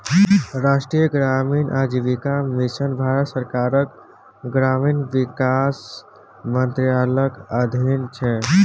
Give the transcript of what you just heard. राष्ट्रीय ग्रामीण आजीविका मिशन भारत सरकारक ग्रामीण विकास मंत्रालयक अधीन छै